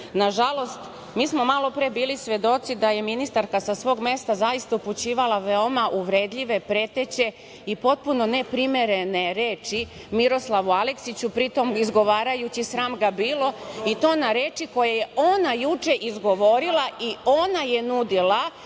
skupštine. Nažalost, mi smo malopre bili svedoci da je ministarka sa svog mesta zaista upućivala veoma uvredljive, preteće i potpuno ne primerene reči Miroslavu Aleksiću, pritom izgovarajući, sram ga bilo i to na reči koje je ona juče izgovorila i ona je nudila,